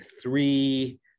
three